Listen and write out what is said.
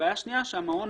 בעיה שנייה היא שהמעון